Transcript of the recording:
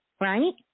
right